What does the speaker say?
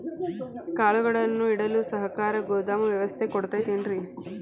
ಕಾಳುಗಳನ್ನುಇಡಲು ಸರಕಾರ ಗೋದಾಮು ವ್ಯವಸ್ಥೆ ಕೊಡತೈತೇನ್ರಿ?